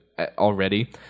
already